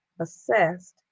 assessed